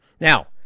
Now